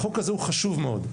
החוק הזה הוא חשוב מאוד.